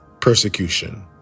persecution